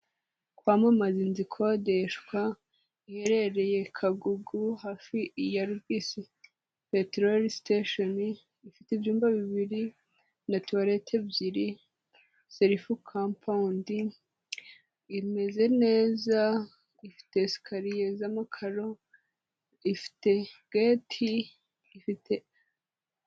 Kwamamaza inzu ikodeshwa iherereye Kagugu, hafi ya Rubis peteroli siteshoni, ifite ibyumba bibiri, na tuwarete ebyiri, serifu kampawundi, imeze neza, ifite sikariye z'amakaro, ifite geti, ifite....